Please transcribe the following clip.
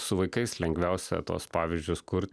su vaikais lengviausia tuos pavyzdžius kur